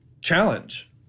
challenge